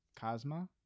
Cosma